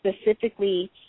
specifically